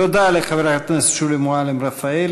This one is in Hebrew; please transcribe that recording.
תודה לחברת הכנסת שולי מועלם-רפאלי.